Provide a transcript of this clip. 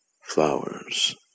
Flowers